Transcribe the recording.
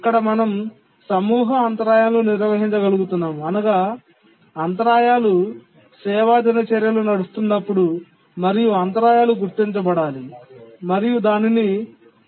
ఇక్కడ మనం సమూహ అంతరాయాలను నిర్వహించగలుగుతాము అనగా అంతరాయాలు సేవా దినచర్యలు నడుస్తున్నప్పుడు మరింత అంతరాయాలు గుర్తించబడాలి మరియు దానిని ప్రాసెస్ చేయగలగాలి